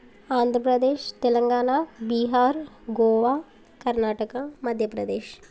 Andhra Pradesh Telangana Bihar Goa Karnataka Madhya Pradesh